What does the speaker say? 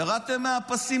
ירדתם מהפסים.